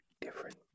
different